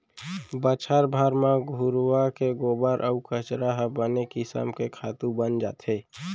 बछर भर म घुरूवा के गोबर अउ कचरा ह बने किसम के खातू बन जाथे